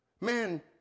Man